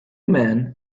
men